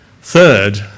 Third